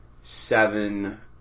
seven